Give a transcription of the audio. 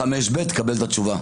תקבל את התשובה.